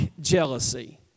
jealousy